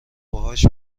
باهاش